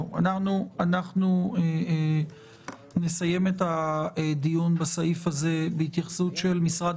אנחנו נסיים את הדיון בסעיף הזה בהתייחסות של משרד